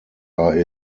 are